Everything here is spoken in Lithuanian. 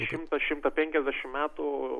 šimtą šimtą penkiasdešimt metų